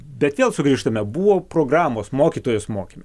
bet vėl sugrįžtame buvo programos mokytojus mokėm